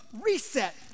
reset